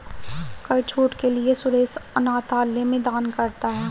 कर छूट के लिए सुरेश अनाथालय में दान करता है